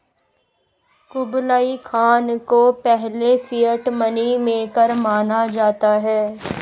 Kublai Khan को पहले fiat money maker माना जाता है